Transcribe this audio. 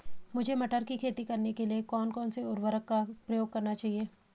मुझे मटर की खेती करने के लिए कौन कौन से उर्वरक का प्रयोग करने चाहिए?